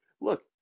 look